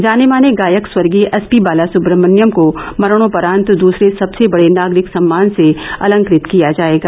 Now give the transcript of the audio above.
जाने माने गायक स्वर्गीय एस पी बालासुब्रमण्यम को मरणोपरात दसरे सबसे बडे नागरिक सम्मान से अलंकत किया जाएगा